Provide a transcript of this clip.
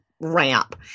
ramp